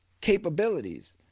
capabilities